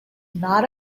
not